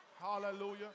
Hallelujah